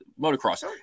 motocross